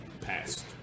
passed